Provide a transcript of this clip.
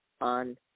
on